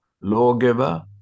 lawgiver